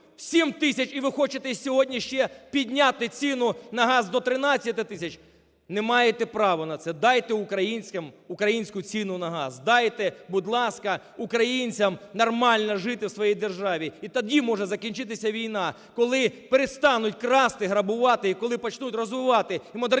7 тисяч, і ви хочете сьогодні ще підняти ціну на газ до 13 тисяч - не маєте права на це. Дайте українцям українську ціну на газ. Дайте, будь ласка, українцям нормально жити у своїй державі. І тоді може закінчитися війна, коли перестануть красти, грабувати і коли почнуть розвивати і модернізовувати